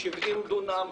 70 דונם,